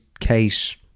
Case